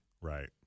Right